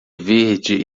verde